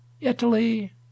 italy